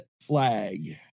flag